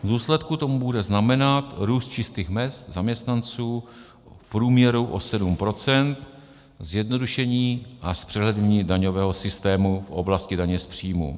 V důsledku to bude znamenat růst čistých mezd zaměstnanců v průměru o 7 %, zjednodušení a zpřehlednění daňového systému v oblasti daně z příjmů.